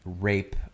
rape